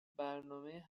برنامهی